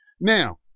Now